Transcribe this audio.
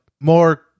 more